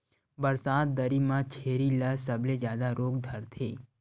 बरसात दरी म छेरी ल सबले जादा रोग धरथे